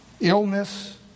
illness